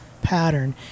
pattern